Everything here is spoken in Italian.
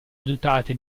dotate